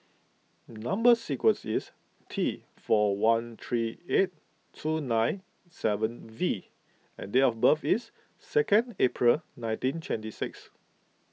Number Sequence is T four one three eight two nine seven V and date of birth is second April nineteen twenty six